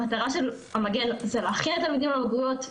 המטרה של המגן היא להכין את התלמידים לבגרויות.